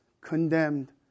condemned